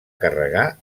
carregar